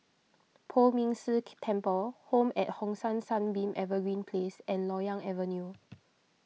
Poh Ming Temple Home at Hong San Sunbeam Evergreen Place and Loyang Avenue